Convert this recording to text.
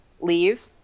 leave